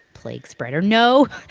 plague spreader no.